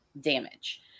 damage